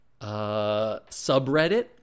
subreddit